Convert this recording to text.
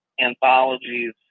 anthologies